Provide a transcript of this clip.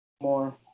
more